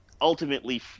ultimately